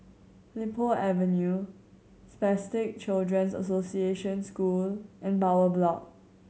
Li Po Avenue Spastic Children's Association School and Bowyer Block